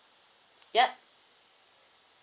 yup